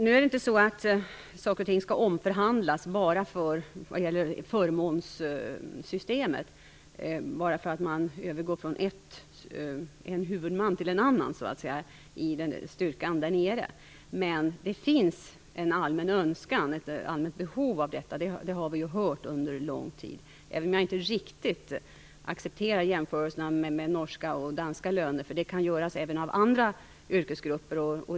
Nu är det inte så att saker och ting skall omförhandlas vad gäller förmånssystemet bara för att man övergår från en huvudman till en annan för styrkan där nere. Men det finns en allmän önskan och ett allmänt behov av detta. Det har vi hört under lång tid, även om jag inte riktigt accepterar jämförelserna med norska och danska löner. Dessa jämförelser kan göras även av andra yrkesgrupper.